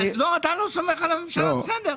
לא, אתה לא סומך על הממשלה, בסדר.